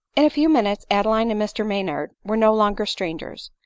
in a few minutes adeline and mr maynard were no longer strangers.